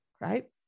right